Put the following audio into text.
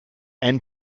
and